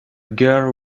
girl